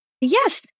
Yes